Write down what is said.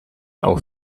auf